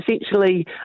essentially